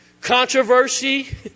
controversy